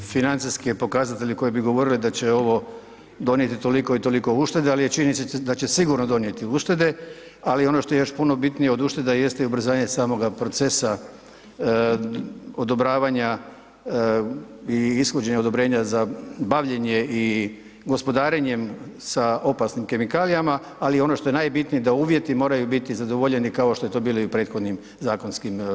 Ja nemam financijske pokazatelje koji bi govorili da će ovo donijeti toliko i toliko ušteda, ali je činjenica da će sigurno donijeti uštede, ali ono što je još puno bitnije od ušteda jeste i ubrzanje samoga procesa odobravanja i ishođenja odobrenja za bavljenje i gospodarenjem sa opasnim kemikalijama, ali ono što je najbitnije da uvjeti moraju biti zadovoljeni kao što je to bilo i u prethodnim zakonskim odredbama.